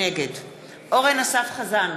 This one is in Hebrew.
נגד אורן אסף חזן,